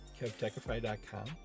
kevtechify.com